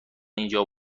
اینجا